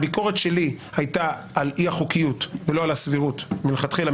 הביקורת שלי הייתה על אי החוקיות ולא על הסבירות מלכתחילה,